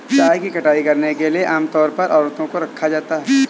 चाय की कटाई करने के लिए आम तौर पर औरतों को रखा जाता है